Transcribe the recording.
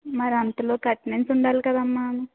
మరి అంతలోకి అటెండన్స్ ఉండాలి కదమ్మా